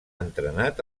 entrenat